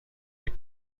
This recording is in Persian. فکر